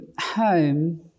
home